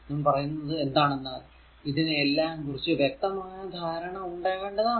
ഞാൻ പറയുന്നത് എന്താണെന്നാൽ ഇതിനെയെല്ലാം കുറിച്ച് വ്യക്തമായ ധാരണ ഉണ്ടാകേണ്ടതാണ്